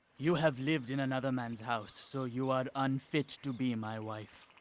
you have lived in another man's house so you are unfit to be my wife.